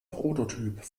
prototyp